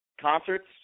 concerts